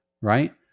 right